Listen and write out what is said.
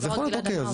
אז יכול להיות אוקי,